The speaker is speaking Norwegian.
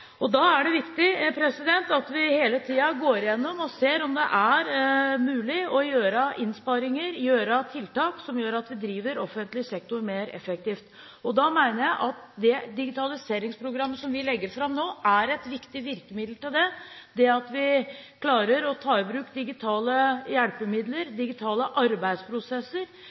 Da er det viktig at vi hele tiden går gjennom og ser om det er mulig å foreta innsparinger og sette inn tiltak som gjør at vi driver offentlig sektor mer effektivt. Da mener jeg at det digitaliseringsprogrammet som vi legger fram nå, er et viktig virkemiddel. Det at vi klarer å ta i bruk digitale hjelpemidler, digitale arbeidsprosesser,